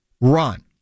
run